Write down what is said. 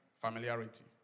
Familiarity